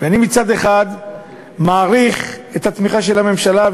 אני מצד אחד מעריך את התמיכה של הממשלה,